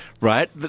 right